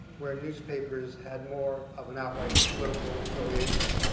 where newspapers had more of an outright political affiliation,